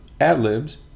Ad-libs